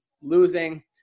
losing